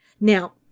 Now